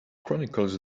chronicles